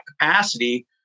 capacity